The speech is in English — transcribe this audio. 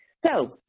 so,